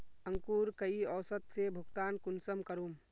अंकूर कई औसत से भुगतान कुंसम करूम?